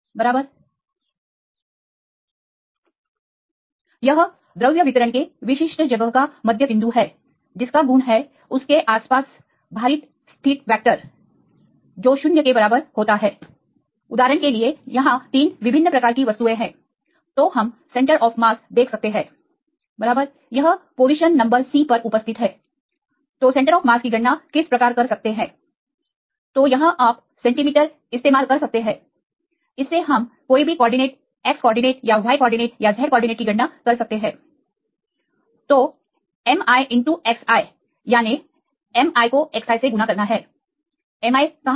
बराबर यह द्रव्य वितरण के विशिष्ट जगह का मध्य बिंदु है जिसका गुण है उसके आसपास भारित स्थिति वेक्टर शून्य के बराबर होता है उदाहरण के लिए यहां तीन विभिन्न प्रकार की वस्तुएं हैं तो हम सेंटर ऑफ मास देख सकते हैं बराबर यह पोजीशन नंबर C पर उपस्थित हैSo तो सेंटर ऑफ मास की गणना किस प्रकार कर सकते हैं you can calculate तो यहां आप सेंटीमीटर इस्तेमाल कर सकते हैं इससे हम कोई भी कॉर्डिनेट X कॉर्डिनेट या Y कॉर्डिनेट या Z कॉर्डिनेट की गणना कर सकते हैं तो mi xi याने mi को xi से गुणा करना है mi कहां है